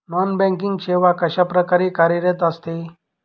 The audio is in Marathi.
नॉन बँकिंग सेवा कशाप्रकारे कार्यरत असते?